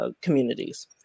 communities